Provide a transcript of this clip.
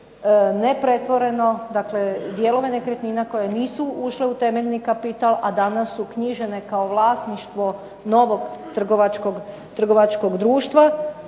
nepretvoreno dakle dijelove nekretnina koje nisu ušle u temeljni kapital, a danas su knjižene kao vlasništvo novog trgovačkog društva.